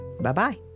bye-bye